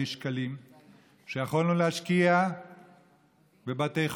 שקלים שיכולנו להשקיע בבתי חולים,